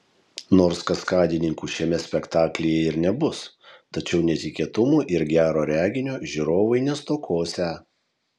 nors kaskadininkų šiame spektaklyje ir nebus tačiau netikėtumų ir gero reginio žiūrovai nestokosią